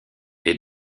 est